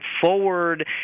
forward